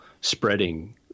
spreading